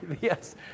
Yes